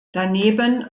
daneben